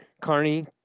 Carney